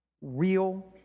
real